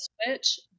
switch